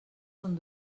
són